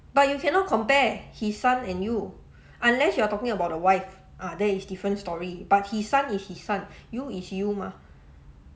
but you cannot compare his son and you unless you are talking about a wife ah that is different story but his son is his son you is you mah